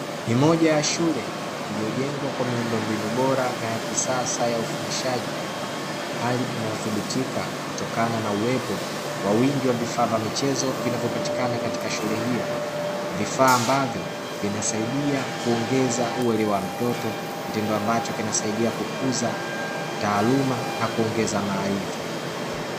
Ni moja ya shule iliyojengwa kwa miundo mbinu bora na ya kisasa ya ufundishaji hali inayothibitika kutokana na uwepo wa wingi wa vifaa vya michezo vinavyopatikana katika shule hiyo, vifaa ambavyo vinasaidia kuongeza uelewa wa mtoto kitendo ambacho kinasaidia kukuza taaluma na kuongeza maarifa.